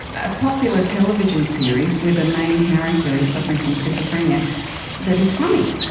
a popular television series with a main character suffering from schizophrenia that is funny,